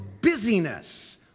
busyness